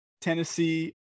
Tennessee